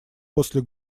после